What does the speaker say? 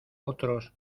otros